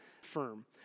firm